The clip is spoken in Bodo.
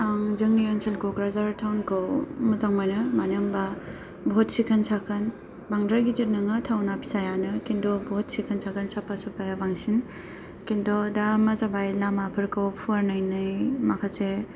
आं जोंनि ओनसोल क'क्राझार थाउनखौ मोजां मोनो मानो होनबा बुहुत सिखोन साखोन बांद्राय गिदिर नङा थाउना फिसायानो खिन्थु बुहुत सिखोन साखोन साफा सुफाया बांसिन खिन्थु दा मा जाबाय लामाफोरखौ फुवारनानै माखासे